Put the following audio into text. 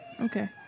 Okay